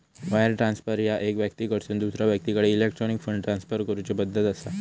wire transfer ह्या एका व्यक्तीकडसून दुसरा व्यक्तीकडे इलेक्ट्रॉनिक फंड ट्रान्सफर करूची पद्धत असा